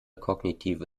kognitive